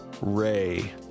Ray